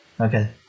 Okay